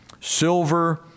silver